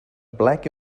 black